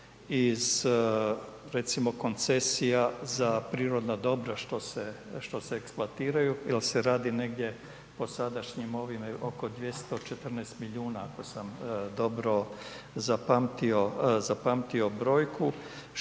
iz, recimo, koncesija za prirodna dobra, što se eksploatiraju jel se radi negdje po sadašnjim ovim oko 214 milijuna, ako sam dobro zapamtio brojku,